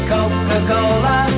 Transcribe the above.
Coca-Cola